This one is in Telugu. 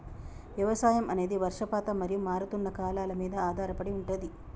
వ్యవసాయం అనేది వర్షపాతం మరియు మారుతున్న కాలాల మీద ఆధారపడి ఉంటది